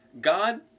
God